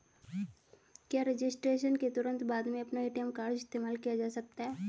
क्या रजिस्ट्रेशन के तुरंत बाद में अपना ए.टी.एम कार्ड इस्तेमाल किया जा सकता है?